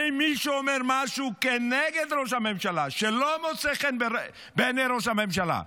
ואם מישהו אומר משהו כנגד ראש הממשלה שלא מוצא חן בעיני ראש הממשלה,